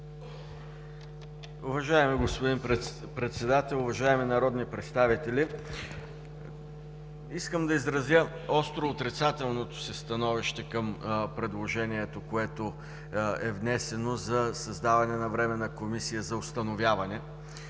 Уважаеми господин Председател, уважаеми народни представители! Искам да изразя остро отрицателното си становище към предложението, което е внесено за създаване на Временна комисия за установяване